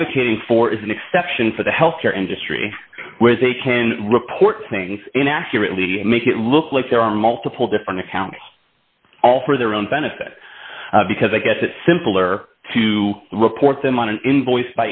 advocating for is an exception for the health care industry where they can report things inaccurately make it look like there are multiple different accounts all for their own benefit because i guess it's simpler to report them on an in